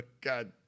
God